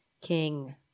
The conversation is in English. king